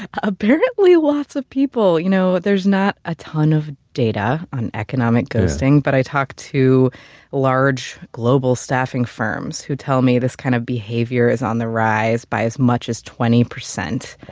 apparently lots of people. you know, there's not a ton of data on economic ghosting, but i talked to large global staffing firms who tell me this kind of behavior is on the rise by as much as twenty percent.